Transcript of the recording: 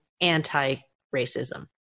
anti-racism